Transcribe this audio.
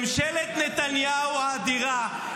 ממשלת נתניהו האדירה,